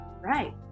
right